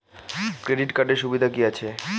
Credit কার্ডের সুবিধা কি আছে?